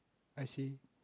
I see